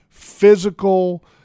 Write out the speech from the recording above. Physical